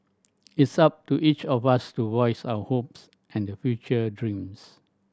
it's up to each of us to voice our hopes and the future dreams